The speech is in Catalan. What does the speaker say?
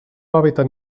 hàbitat